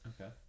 Okay